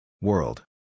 world